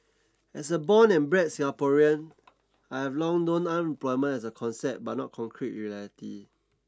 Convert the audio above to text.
as a born and bred Singaporean I have long known unemployment as a concept but not concrete reality